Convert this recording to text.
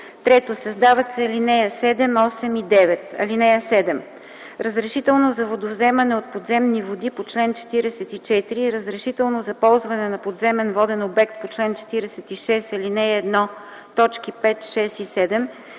3. Създават се ал. 7, 8 и 9: „(7) Разрешително за водовземане от подземни води по чл. 44 и разрешително за ползване на подземен воден обект по чл. 46, ал. 1, т. 5, 6 и 7